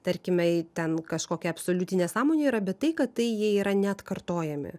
tarkime ten kažkokia absoliuti nesąmonė yra bet tai kad tai jie yra neatkartojami